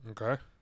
Okay